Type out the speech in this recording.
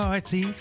Party